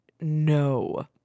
no